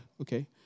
Okay